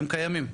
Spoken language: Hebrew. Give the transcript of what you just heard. הם קיימים,